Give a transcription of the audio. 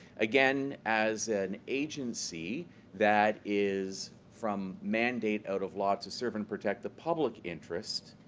again, as an agency that is from mandate out of law, to serve and protect the public interest,